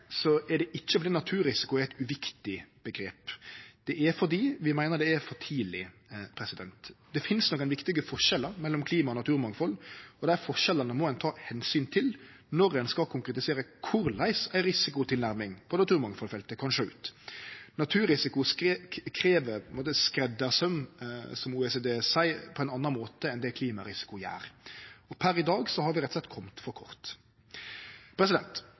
er det ikkje fordi «naturrisiko» er eit uviktig omgrep. Det er fordi vi meiner det er for tidleg. Det finst nokre viktige forskjellar mellom klima- og naturmangfald, og dei forskjellane må ein ta omsyn til når ein skal konkretisere korleis ei risikotilnærming på naturmangfaldfeltet kan sjå ut. Naturrisiko krev skreddarsaum, som OECD seier, på ein annan måte enn det klimarisiko gjer. Per i dag har vi rett og slett kome for kort.